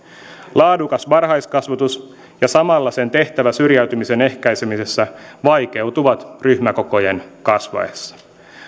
laadukas varhaiskasvatus ja samalla sen tehtävä syrjäytymisen ehkäisemisessä vaikeutuvat ryhmäkokojen kasvaessa